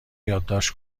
یادداشت